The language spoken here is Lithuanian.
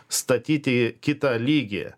statyti į kitą lygį